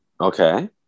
Okay